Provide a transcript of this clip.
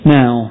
now